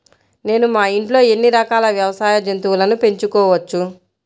నేను మా ఇంట్లో ఎన్ని రకాల వ్యవసాయ జంతువులను పెంచుకోవచ్చు?